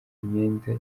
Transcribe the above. imyenda